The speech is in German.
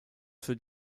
für